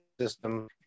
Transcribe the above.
system